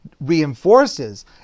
reinforces